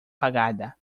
pagada